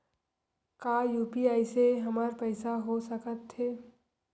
का यू.पी.आई से हमर पईसा हो सकत हे?